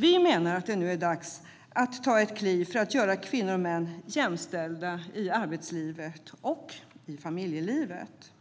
Vi menar att det nu är dags att ta ett steg för att göra kvinnor och män jämställda i arbetslivet och i familjelivet.